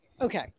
Okay